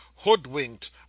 hoodwinked